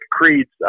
creeds